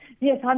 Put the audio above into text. Yes